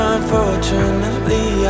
Unfortunately